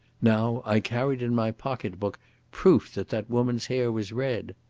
now i carried in my pocket-book proof that that woman's hair was red.